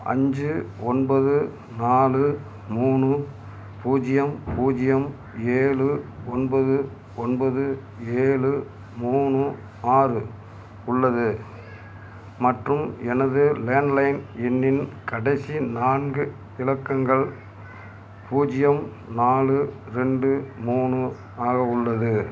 அஞ்சு ஒன்பது நாலு மூணு பூஜ்ஜியம் பூஜ்ஜியம் ஏழு ஒன்பது ஒன்பது ஏழு மூணு ஆறு உள்ளது மற்றும் எனது லேண்ட்லைன் எண்ணின் கடைசி நான்கு இலக்கங்கள் பூஜ்ஜியம் நாலு ரெண்டு மூணு ஆக உள்ளது